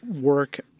work